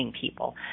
people